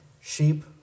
Sheep